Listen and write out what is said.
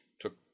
took